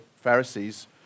Pharisees